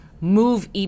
move